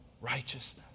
righteousness